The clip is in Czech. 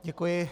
Děkuji.